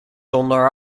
onder